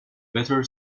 better